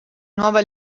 nuova